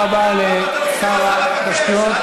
אבל אם אתן תצאו לעבוד,